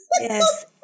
Yes